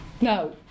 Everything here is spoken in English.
No